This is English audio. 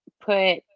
put